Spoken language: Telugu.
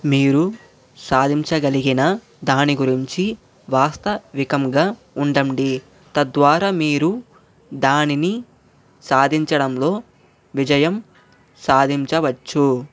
మీరు సాధించగలిగిన దాని గురించి వాస్తవికంగా ఉండండి తద్వారా మీరు దానిని సాధించడంలో విజయం సాధించవచ్చు